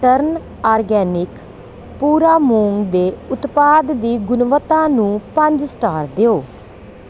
turn organic ਪੂਰਾ ਮੂੰਗ ਦੇ ਉਤਪਾਦ ਦੀ ਗੁਣਵੱਤਾ ਨੂੰ ਪੰਜ ਸਟਾਰ ਦਿਓ